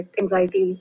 anxiety